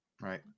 Right